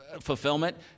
fulfillment